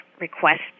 request